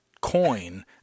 coin